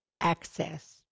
access